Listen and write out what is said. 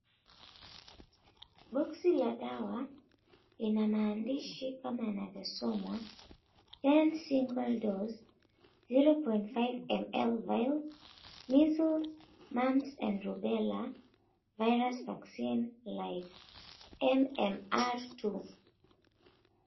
Boksi la dawa lina maandishi kama yanavyosomwa, N Single Dose 0.5ml Viles Measles Mumps and Rubela Virus Vaccine Live MMR 2.